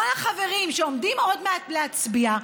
כל החברים שעומדים עוד מעט להצביע,